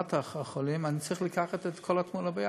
לטובת החולים, אני צריך לראות את כל התמונה ביחד.